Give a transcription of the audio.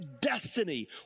destiny